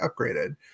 upgraded